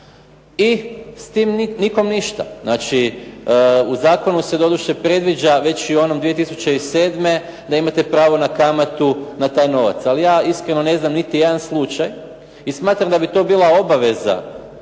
i s tim nikom ništa. Znači, u zakonu se doduše predviđa već i u onom 2007. da imate pravo na kamatu na taj novac. Ali ja iskreno ne znam niti jedan slučaj i smatram da bi to bila obaveza